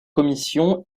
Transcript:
commission